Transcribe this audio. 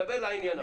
דבר לעניין עכשיו.